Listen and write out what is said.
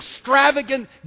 extravagant